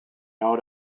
out